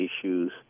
issues